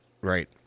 Right